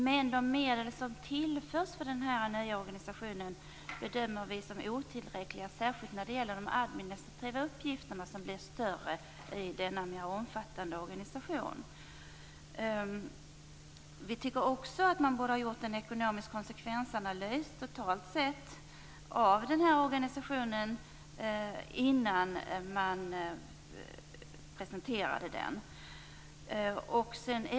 Men de medel som tillförs den nya organisationen bedöms som otillräckliga, särskilt i fråga om de administrativa uppgifterna som blir större i en mer omfattande organisation. Vi tycker också att man borde ha gjort en ekonomisk konsekvensanalys totalt sett av organisationen innan den presenterades.